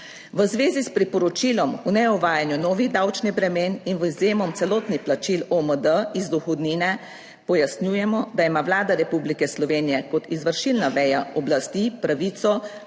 V zvezi s priporočilom o neuvajanju novih davčnih bremen in /nerazumljivo/ celotnih plačil OMD iz dohodnine pojasnjujemo, da ima Vlada Republike Slovenije kot izvršilna veja oblasti pravico,